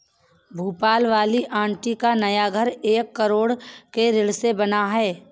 भोपाल वाली आंटी का नया घर एक करोड़ के ऋण से बना है